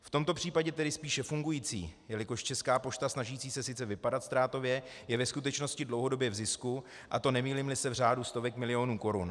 V tomto případě tedy spíše fungující, jelikož Česká pošta snažící se sice vypadat ztrátově je ve skutečnosti dlouhodobě v zisku, a to nemýlímli se v řádu stovek milionů korun.